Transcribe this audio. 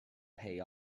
pay